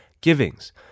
Givings